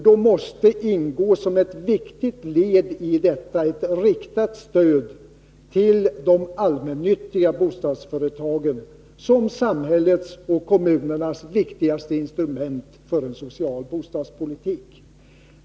Där måste som ett viktigt led ingå ett riktat stöd till de allmännyttiga bostadsföretagen, som är samhällets och kommunernas viktigaste instrument för en social bostadspolitik.